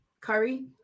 Curry